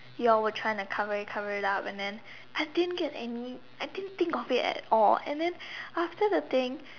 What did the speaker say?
you all were trying to cover cover it up and then I didn't get any I didn't think of it at all and then after the thing